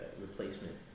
replacement